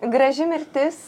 graži mirtis